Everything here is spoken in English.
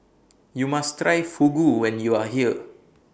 YOU must Try Fugu when YOU Are here